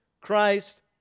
Christ